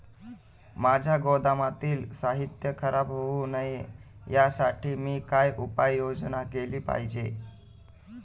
माझ्या गोदामातील साहित्य खराब होऊ नये यासाठी मी काय उपाय योजना केली पाहिजे?